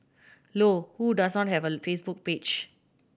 Low who does not have a Facebook page